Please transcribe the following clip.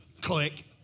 Click